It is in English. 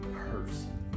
person